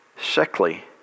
sickly